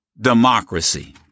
democracy